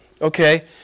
okay